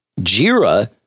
Jira